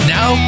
Now